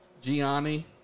Gianni